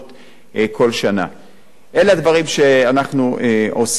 אלה הדברים שאנחנו עושים ונמשיך לעשות אותם.